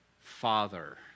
father